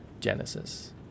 Genesis